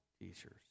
teachers